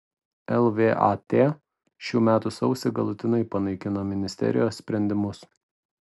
lvat šių metų sausį galutinai panaikino ministerijos sprendimus